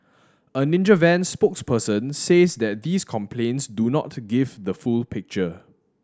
a Ninja Van spokesperson says that these complaints do not to give the full picture